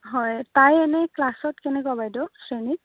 হয় তাই এনেই ক্লাছত কেনেকুৱা বাইদেউ শ্ৰেণীত